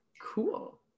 cool